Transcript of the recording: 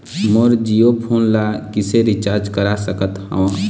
मोर Jio phone ला किसे recharge करा सकत हवं?